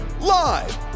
Live